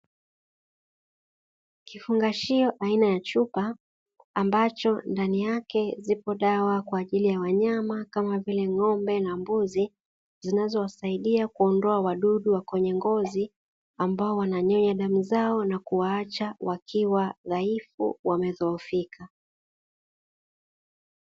Kifungashio aina ya chupa, ambacho ndani yake zipo dawa kwa ajili ya wanyama kama vile ng'ombe na mbuzi, zinazowasaidia kuondoa wadudu wa kwenye ngozi, ambao wananyonya damu zao na kuwaacha wakiwa dhaifu wamedhoofika.